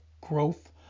Growth